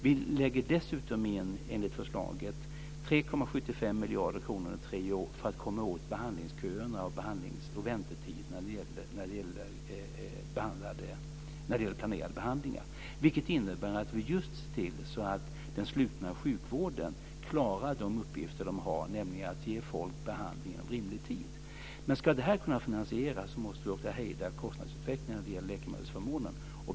Vi lägger dessutom enligt förslaget in 3,75 miljarder kronor under tre år för att komma åt behandlingsköerna och väntetiderna när det gäller planerade behandlingar, vilket innebär att vi ser till att den slutna sjukvården klarar de uppgifter den har, nämligen att ge folk behandling inom rimlig tid. Ska detta kunna finansieras måste vi också hejda kostnadsutveklingen när det gäller läkemedelsförmånen.